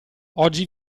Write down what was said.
oggi